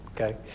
Okay